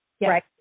Right